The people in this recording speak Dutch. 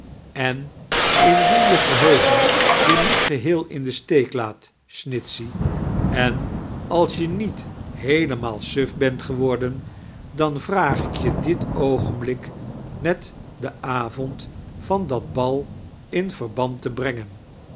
em indien je geheugen je niet geheel in dein steek laat snitchey en als je niet heelemaal suf bent gewordein dan vraag ik je dit aogenbliik met den avond van dat bal in verband te brengen